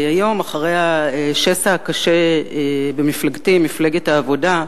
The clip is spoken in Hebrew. היום, אחרי השסע הקשה במפלגתי, מפלגת העבודה,